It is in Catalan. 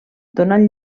donant